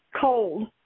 cold